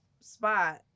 spot